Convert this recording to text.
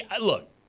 Look